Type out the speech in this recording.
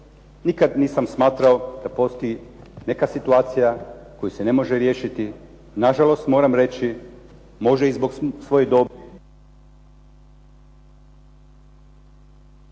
Nikad nisam smatrao da postoji neka situacija koju se ne može riješiti. Na žalost moram reći može i zbog …/Govornik